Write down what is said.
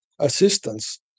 assistance